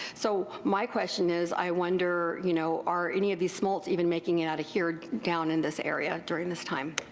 so my question is i wonder you know are any of these smolts even making it out of here down in this area during this time.